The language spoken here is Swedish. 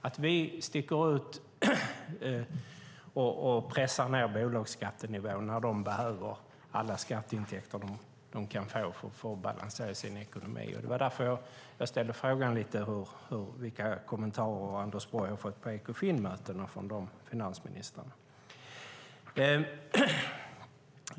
Sverige sticker ut och pressar ned bolagsskattenivån när de behöver alla skatteintäkter de kan få för att få balans i sin ekonomi. Det var därför jag ställde frågan om vilka kommentarer Anders Borg har fått på Ekofinmötena från finansministrarna.